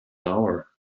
hour